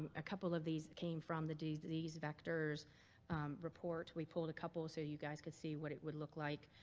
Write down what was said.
a couple of these came from the disease disease vectors report. we pulled a couple so you guys could see what it would look like,